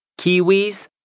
kiwis